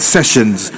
Sessions